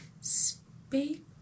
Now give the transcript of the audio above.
Speak